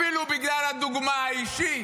אפילו בגלל הדוגמה האישית